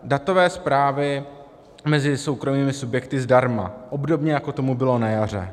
Datové zprávy mezi soukromými subjekty zdarma, obdobně jako tomu bylo na jaře.